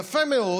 יפה מאוד,